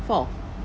four